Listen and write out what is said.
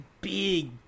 big